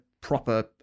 proper